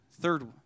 third